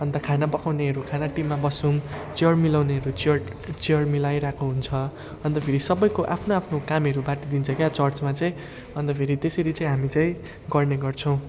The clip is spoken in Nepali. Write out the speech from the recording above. अन्त खाना पकाउनेहरू खाना टिममा बस्छौँ चेयर मिलाउनेहरू चेयर चेयर मिलाइरहेको हुन्छ अन्त फेरि सबैको आफ्नो आफ्नो कामहरू बाँडिदिन्छ क्या चर्चमा चाहिँ अन्त फेरि त्यसरी चाहिँ हामी चाहिँ गर्ने गर्छौँ